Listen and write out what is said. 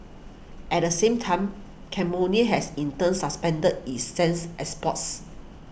at the same time has in turn suspended its since exports